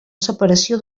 separació